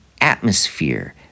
atmosphere